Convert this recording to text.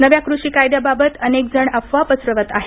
नव्या कृषी कायद्याबाबत अनेकजण अफवा पसरवत आहेत